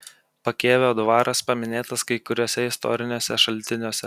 pakėvio dvaras paminėtas kai kuriuose istoriniuose šaltiniuose